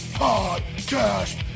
podcast